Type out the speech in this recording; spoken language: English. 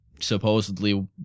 supposedly